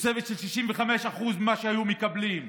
תוספת של 65% ממה שהיו מקבלים.